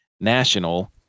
National